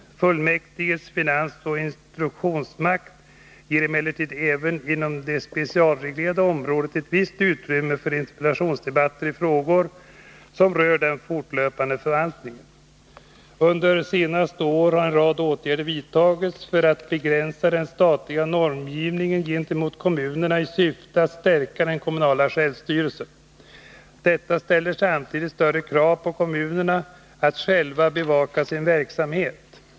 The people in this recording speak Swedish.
Fullmäktiges finansoch instruktionsmakt ger emellertid även inom det specialreglerade området ett visst utrymme för interpellationsdebatter i frågor som rör den fortlöpande förvaltningen. Under senare år har en rad åtgärder vidtagits för att begränsa den statliga normgivningen gentemot kommunerna i syfte att stärka den kommunala självstyrelsen. Detta ställer samtidigt större krav på kommunerna att själva bevaka sin verksamhet.